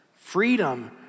freedom